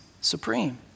supreme